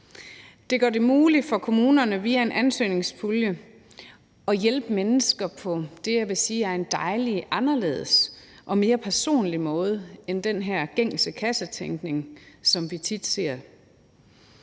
det gør det muligt for kommunerne via en ansøgningspulje at hjælpe mennesker på det, som jeg vil sige er en dejlig anderledes og mere personlig måde, end den her gængse kassetænkning, som vi tit ser.